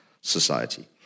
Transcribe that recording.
society